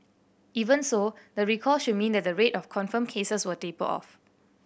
even so the recall should mean that the rate of confirmed cases will taper off